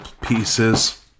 pieces